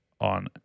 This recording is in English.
on